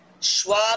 Schwab